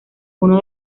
uno